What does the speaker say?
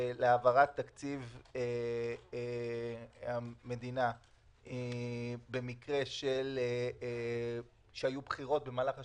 להעברת תקציב המדינה במקרה שהיו בחירות במהלך השנה,